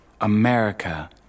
America